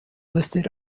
listed